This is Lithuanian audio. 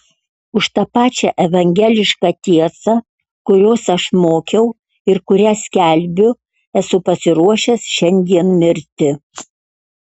už tą pačią evangelišką tiesą kurios aš mokiau ir kurią skelbiu esu pasiruošęs šiandien mirti